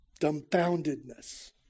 dumbfoundedness